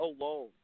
alone